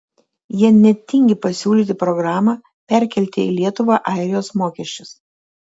jie net tingi pasiūlyti programą perkelti į lietuvą airijos mokesčius